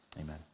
amen